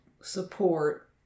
support